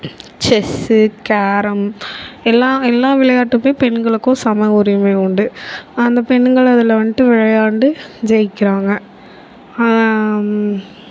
chess carrom எல்லா எல்லா விளையாட்டுமே பெண்களுக்கும் சம உரிமை உண்டு அந்த பெண்கள அதில் வந்துட்டு விளையாண்டு ஜெயிக்கிறாங்க